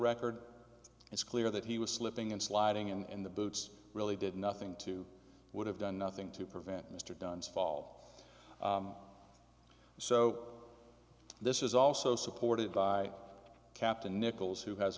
record it's clear that he was slipping and sliding in the boots really did nothing to would have done nothing to prevent mr dunn's fall so this is also supported by captain nichols who has